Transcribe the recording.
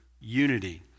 unity